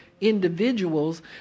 individuals